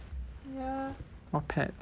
what pet do you want